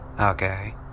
Okay